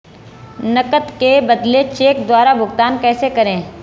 नकद के बदले चेक द्वारा भुगतान कैसे करें?